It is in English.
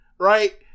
Right